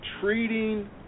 treating